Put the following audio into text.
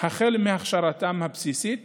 החל מהכשרתם הבסיסית